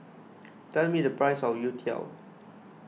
tell me the price of Youtiao